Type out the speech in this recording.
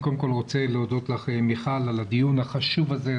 אני קודם כל רוצה להודות לך מיכל על הדיון החשוב הזה,